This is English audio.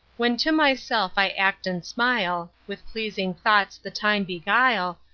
when to myself i act and smile, with pleasing thoughts the time beguile,